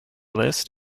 list